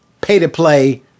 pay-to-play